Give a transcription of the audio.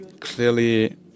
clearly